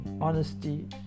honesty